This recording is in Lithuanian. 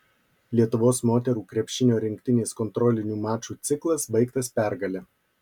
lietuvos moterų krepšinio rinktinės kontrolinių mačų ciklas baigtas pergale